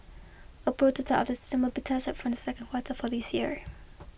a prototype the system be tested from the second quarter for this year